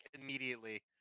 immediately